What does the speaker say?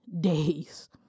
days